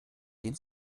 den